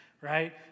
right